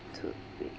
two weeks